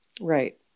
Right